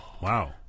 Wow